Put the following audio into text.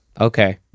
okay